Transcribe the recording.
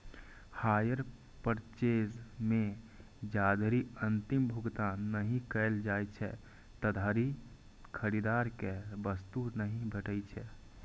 hire purchase मे जाधरि अंतिम भुगतान नहि कैल जाइ छै, ताधरि खरीदार कें वस्तु नहि भेटै छै